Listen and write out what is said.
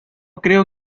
creo